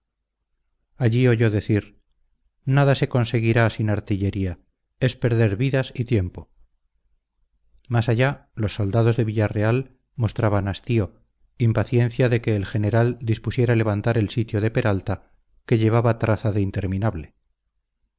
allí oyó decir nada se conseguirá sin artillería es perder vidas y tiempo más allá los soldados de villarreal mostraban hastío impaciencia de que el general dispusiera levantar el sitio de peralta que llevaba traza de interminable